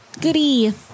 Goody